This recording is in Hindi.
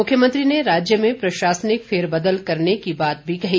मुख्यमंत्री ने राज्य में प्रशासनिक फेरबदल करने की बात भी कही